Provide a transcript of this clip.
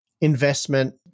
investment